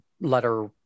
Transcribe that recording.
letter